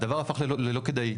והדבר הפך ללא כדאי.